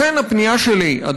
לכן הפנייה שלי מכאן,